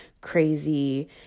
crazy